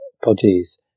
bodies